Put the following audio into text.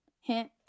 Hint